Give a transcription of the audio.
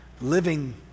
Living